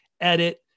edit